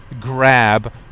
grab